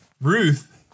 Ruth